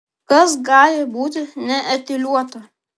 kas gali būti neetiliuota